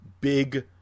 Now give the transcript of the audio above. big